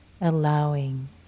allowing